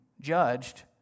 judged